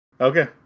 Okay